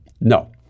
no